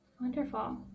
Wonderful